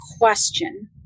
question